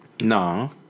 No